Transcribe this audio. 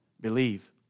believe